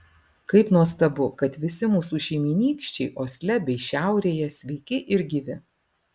kaip nuostabu kad visi mūsų šeimynykščiai osle bei šiaurėje sveiki ir gyvi